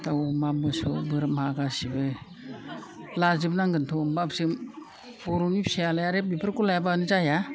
दाउ अमा मोसौ बोरमा गासैबो लाजोबनांगोनथ' होनबासो जों बर'नि फिसायालाय आरो बेफोरखौ लायाबानो जाया